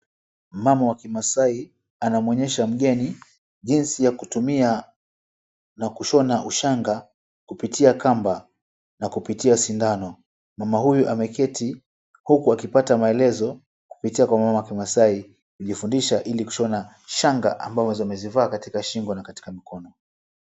Mama wa kimaasai anamuonyesha mgeni jinsi ya kutumia na kushona ushanga kupitia kamba na kupitia sindano. Mama huyu ameketi huku akipata maelezo kupitia kwa mamake maasai kujifundisha ili kushona shanga ambazo amezivaa katika shingo na katika mikono.